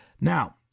Now